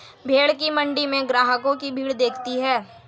भेंड़ की मण्डी में ग्राहकों की भीड़ दिखती है